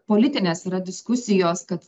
politinės yra diskusijos kad